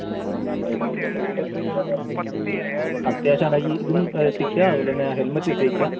അത്യാവശ്യം ആയിട്ട് ഇതും എത്തിക്കുക അതുപോലെ തന്നെ ഹെൽമറ്റും എത്തിക്കുക